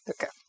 Okay